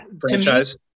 franchise